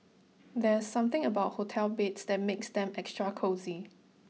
there's something about hotel beds that makes them extra cosy